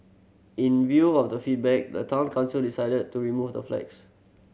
in view of the feedback the Town Council decided to remove the flags